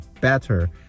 better